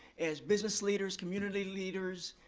as business leaders, community leaders,